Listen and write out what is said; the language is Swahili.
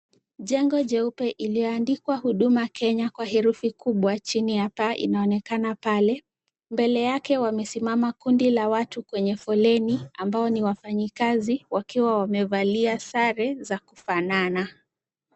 Jengo jeupe lililoandikwa Huduma Kenya kwa herufi kubwa chini ya paa linaonekana pale, mbele yake wamesimama kundi la watu kwenye foleni ambao ni wafanyikazi wakiwa wamevalia sare za kufanana.